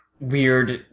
Weird